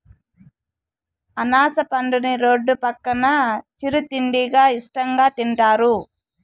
అనాస పండుని రోడ్డు పక్కన చిరు తిండిగా ఇష్టంగా తింటారు